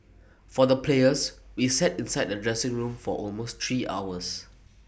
for the players we sat inside the dressing room for almost three hours